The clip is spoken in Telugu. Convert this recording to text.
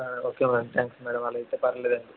ఒకే మ్యాడం థ్యాంక్స్ మ్యాడం అలాగైతే పర్లేదండి